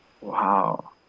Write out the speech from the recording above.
Wow